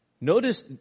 Notice